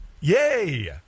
yay